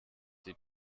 die